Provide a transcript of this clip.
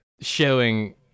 showing